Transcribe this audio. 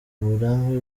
uburambe